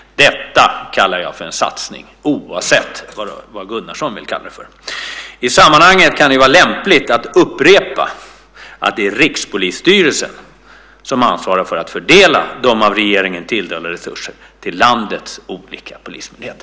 Detta kallar jag för en satsning oavsett vad Gunnarsson vill kalla det för. I sammanhanget kan det vara lämpligt att upprepa att det är Rikspolisstyrelsen som ansvarar för att fördela de av regeringen tilldelade resurserna till landets olika polismyndigheter.